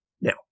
Now